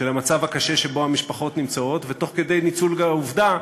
גדול ובלבול גדול,